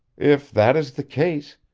if that is the case,